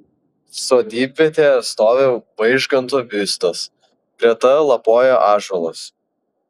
sodybvietėje stovi vaižganto biustas greta lapoja ąžuolas